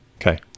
Okay